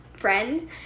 friend